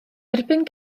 erbyn